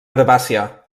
herbàcia